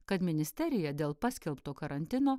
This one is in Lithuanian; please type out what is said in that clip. kad ministerija dėl paskelbto karantino